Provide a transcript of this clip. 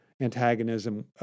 antagonism